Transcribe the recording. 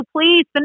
please